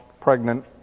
pregnant